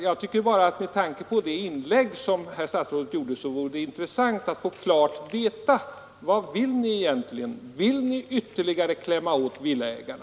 Jag tycker bara att med tanke på det inlägg som herr statsrådet gjorde så vore det intressant att klart få veta: Vad vill ni egentligen? Vill ni ytterligare klämma åt villaägarna?